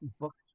books